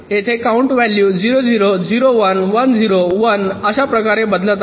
येथे count value 0 0 0 1 1 0 1 अशा प्रकारे बदलत आहे